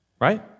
Right